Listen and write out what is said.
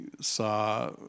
saw